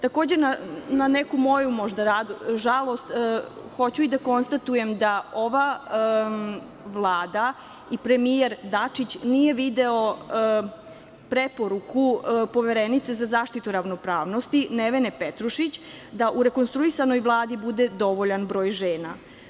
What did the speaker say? Takođe, na neku moju možda žalost hoću i da konstatujem da ova Vlada i premijer Dačić, nije video preporuku poverenice za zaštitu ravnopravnosti Nevene Petrušić, da u rekonstruisanoj Vladi bude dovoljan broj žena.